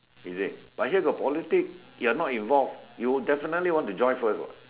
is it but here got politics but you're not involved you definitely want to join first what